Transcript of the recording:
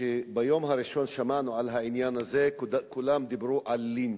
כשביום הראשון שמענו על העניין הזה כולם דיברו על לינץ'.